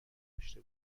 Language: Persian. داشته